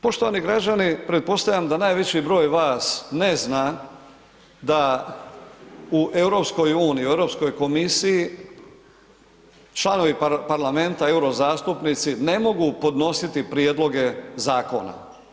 Poštovani građani, pretpostavljam da najveći broj vas ne zna da u EU, u EU komisiji članovi parlamenta, eurozastupnici ne mogu podnositi prijedloge zakona.